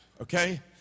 Okay